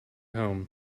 home